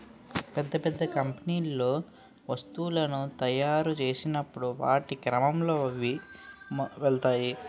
పెద్ద పెద్ద కంపెనీల్లో వస్తువులను తాయురు చేసినప్పుడు వాటి క్రమంలో అవి వెళ్తాయి